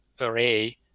array